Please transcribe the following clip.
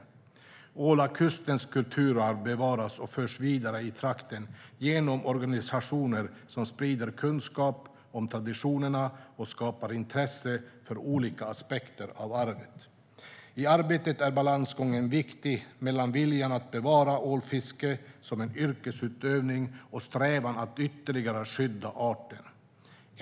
Ålakustens kulturarv bevaras och förs vidare i trakten genom organisationer som sprider kunskap om traditionerna och skapar intresse för olika aspekter av arvet. I arbetet är balansgången viktig mellan viljan att bevara ålfiske som en yrkesutövning och strävan att ytterligare skydda arten.